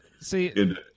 see